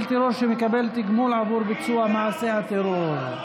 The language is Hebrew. טרור שמקבל תגמול עבור ביצוע מעשה הטרור.